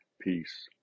peace